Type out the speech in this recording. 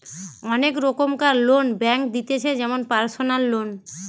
অনেক রোকমকার loan bank দিতেছে যেমন পারসনাল লোন